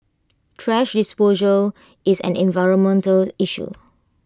thrash disposal is an environmental issue